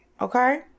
okay